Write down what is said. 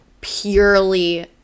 purely